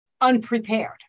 unprepared